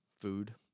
food